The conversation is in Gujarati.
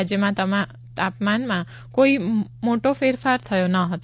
રાજ્યમાં તાપમાનમાં કોઈ મોટો ફેરફાર થયો નહતો